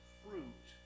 fruit